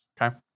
Okay